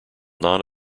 non